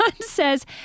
says